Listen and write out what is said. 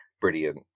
Brilliant